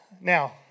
Now